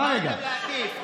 גמרתם להטיף.